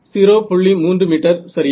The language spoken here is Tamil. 3 மீட்டர் சரியா